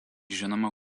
žinoma